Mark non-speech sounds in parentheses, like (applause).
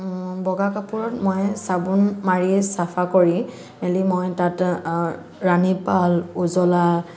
বগা কাপোৰত মই চাবোন মাৰি চফা কৰি (unintelligible) মই তাত ৰাণীপাল উজলা